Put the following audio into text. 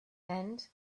and